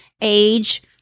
age